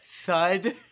Thud